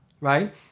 right